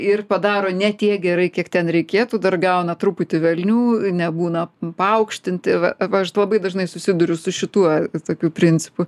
ir padaro ne tiek gerai kiek ten reikėtų dar gauna truputį velnių nebūna paaukštinti va va aš labai dažnai susiduriu su šituo tokiu principu